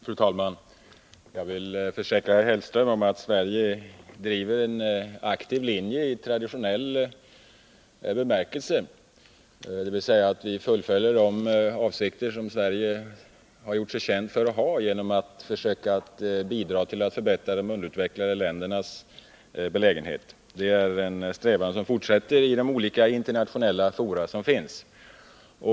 Fru talman! Jag vill försäkra herr Hellström att Sverige driver en aktiv linje i traditionell bemärkelse, dvs. att vi fullföljer de avsikter som Sverige har gjort sig känt för att ha, genom att försöka bidra till att förbättra de underutvecklade ländernas belägenhet. Det är en strävan som fortsätter i de olika internationella fora som finns.